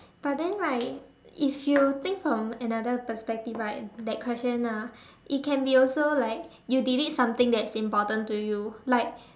but then right if you think from another perspective right that question ah it can be also like you delete something that is important to you like